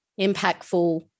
impactful